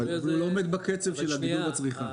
אבל --- הוא לא עומד בקצב של הגידול בצריכה.